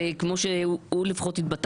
כמו שהוא התבטא,